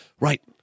Right